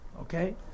Okay